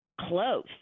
close